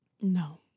No